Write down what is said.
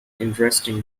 interesting